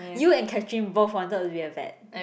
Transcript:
you and Catherine both wanted to be a vet